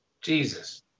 Jesus